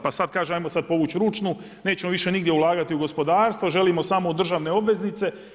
Pa sad kaže, ajmo sad povuć ručnu, nećemo više nigdje ulagati u gospodarstvo, želimo samo u državne obveznice.